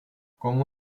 komu